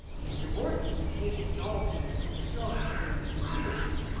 mr. mordaunt had painted it all to him in the strongest words he could use,